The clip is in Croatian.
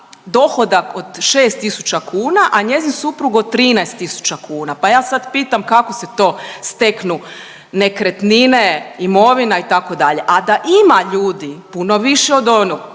od 6 tisuća kuna, a njezin suprug od 13 tisuća kuna, pa ja sad pitam kako se to steknu nekretnine, imovina itd., a da ima ljudi puno više od onog,